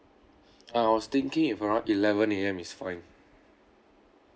I was thinking if around eleven A_M is fine